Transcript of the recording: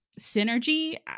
synergy